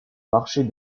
marcher